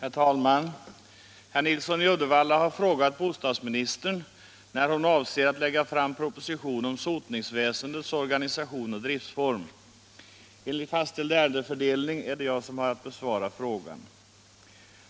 Herr talman! Herr Nilsson i Uddevalla har frågat bostadsministern när — om sotningsväsenhon avser att lägga fram en proposition om sotningsväsendets organi = dets arganisation sation och driftsform.m.m. Enligt fastställd ärendefördelning är det jag som har att besvara frågan.